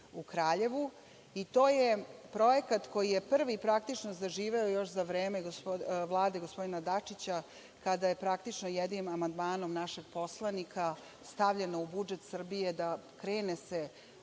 u Kraljevu. I to je projekat koji je prvi praktično zaživeo još za vreme Vlade gospodina Dačića, kada je praktično jednim amandmanom našeg poslanika stavljeno u budžet Srbije da se krene u